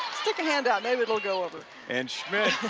sticking hand out, maybe it willgo over. and schmitt.